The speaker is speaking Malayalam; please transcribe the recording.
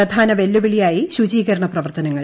പ്രധാന പ്ലെല്ലുവിളിയായി ശുചീകരണ പ്രവർത്തനങ്ങൾ